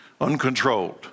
uncontrolled